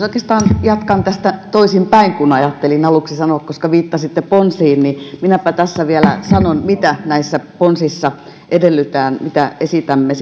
oikeastaan jatkan tästä toisinpäin kuin ajattelin aluksi sanoa koska viittasitte ponsiin niin minäpä tässä vielä sanon mitä näissä ponsissa edellytetään mitä esitämme